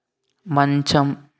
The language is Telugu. మంచం